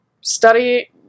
study